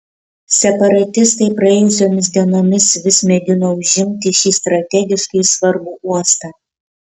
separatistai praėjusiomis dienomis vis mėgino užimti šį strategiškai svarbų uostą